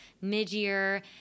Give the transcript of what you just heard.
mid-year